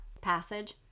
passage